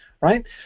right